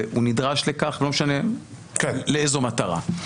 והוא נדרש לכך לא משנה לאיזו מטרה.